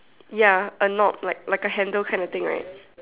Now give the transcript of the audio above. ya a knob like like a handle kind of thing like that